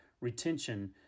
retention